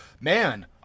man